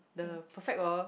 the perfect world